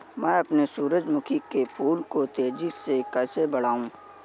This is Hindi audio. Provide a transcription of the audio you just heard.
मैं अपने सूरजमुखी के फूल को तेजी से कैसे बढाऊं?